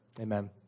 Amen